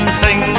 sing